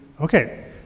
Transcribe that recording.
Okay